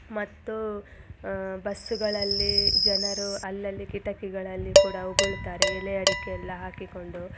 ಮತ್ತು ಬಸ್ಗಳಲ್ಲಿ ಜನರು ಅಲ್ಲಲ್ಲಿ ಕಿಟಕಿಗಳಲ್ಲಿ ಕೂಡ ಉಗುಳ್ತಾರೆ ಎಲೆ ಅಡಿಕೆ ಎಲ್ಲ ಹಾಕಿಕೊಂಡು